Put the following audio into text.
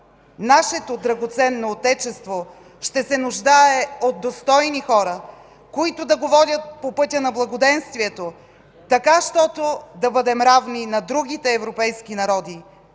„Нашето драгоценно Отечество ще се нуждае от достойни хора, които да го водят по пътя на благоденствието, така щото да бъдем равни и на другите европейски народи.